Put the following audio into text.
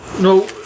No